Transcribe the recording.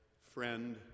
friend